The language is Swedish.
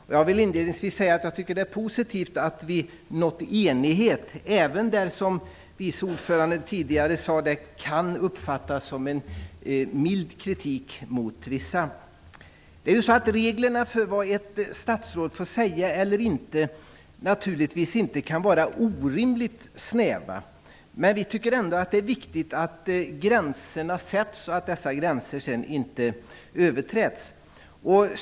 Inledningsvis vill jag säga att jag tycker att det är positivt att vi har uppnått enighet även där, som vice ordföranden tidigare sade, det hela kan uppfattas som en mild kritik mot vissa. Reglerna för vad ett statsråd får säga och inte säga kan naturligtvis inte vara orimligt snäva. Vi tycker ändå att det är viktigt att gränserna sätts så att dessa sedan inte överträds.